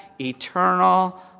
eternal